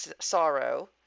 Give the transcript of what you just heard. sorrow